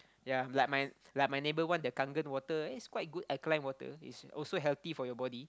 yea like my like my neighbour one the kangen water it's quite good alkaline water is also healthy for your body